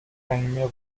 فهمیه